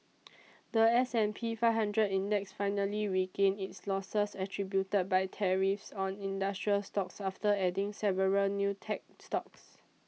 the S and P Five Hundred Index finally regained its losses attributed by tariffs on industrial stocks after adding several new tech stocks